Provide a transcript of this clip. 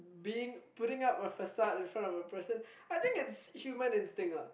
being putting up a facade in front of a person I think it's human instinct lah